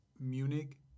Munich